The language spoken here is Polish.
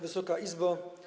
Wysoka Izbo!